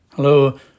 Hello